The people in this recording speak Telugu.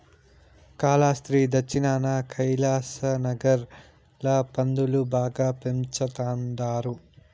కాలాస్త్రి దచ్చినాన కైలాసనగర్ ల పందులు బాగా పెంచతండారు